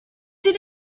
did